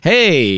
Hey